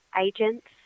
agents